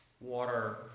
water